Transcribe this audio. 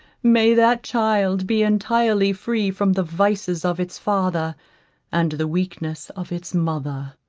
may that child be entirely free from the vices of its father and the weakness of its mother.